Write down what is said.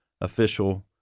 official—